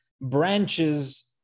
branches